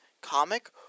comic